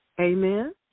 amen